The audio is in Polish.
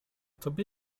tobie